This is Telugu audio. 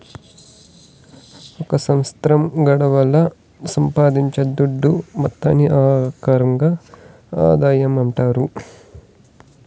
ఒక సంవత్సరం గడువుల సంపాయించే దుడ్డు మొత్తాన్ని ఆ వార్షిక ఆదాయమంటాండారు